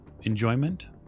enjoyment